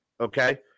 okay